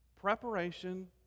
preparation